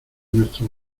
nuestro